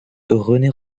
renée